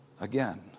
again